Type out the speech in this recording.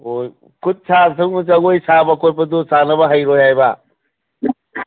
ꯑꯣ ꯈꯨꯠ ꯁꯥ ꯁꯨꯝ ꯖꯒꯣꯏ ꯁꯥꯕ ꯈꯣꯠꯄꯗꯨ ꯁꯥꯅꯕ ꯍꯩꯔꯣꯏ ꯍꯥꯏꯕ